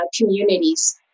communities